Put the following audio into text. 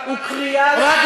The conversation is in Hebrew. למה,